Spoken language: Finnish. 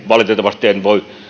valitettavasti en voi